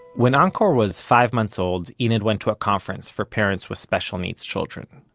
when angkor was five months old, enid went to a conference for parents with special needs children.